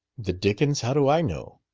the dickens! how do i know?